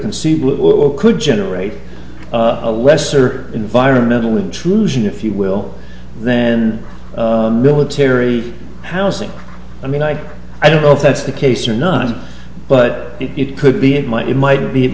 would could generate a lesser environmental intrusion if you will then military housing i mean i i don't know if that's the case or not but it could be it might it might be it